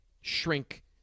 shrink